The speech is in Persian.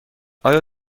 آیا